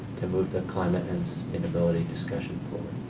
to move the climate-and-sustainability discussion forward?